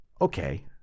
Okay